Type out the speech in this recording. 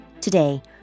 Today